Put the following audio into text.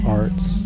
arts